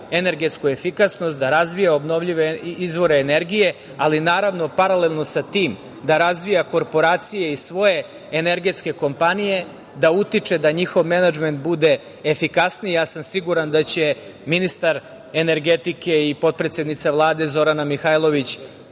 energetsku efikasnost, da razvija obnovljive izvore energije, ali, naravno, paralelno sa tim da razvija korporacije i svoje energetske kompanije, da utiče da njihov menadžment bude efikasniji. Ja sam siguran da će ministar energetike i potpredsednica Vlade Zorana Mihajlović,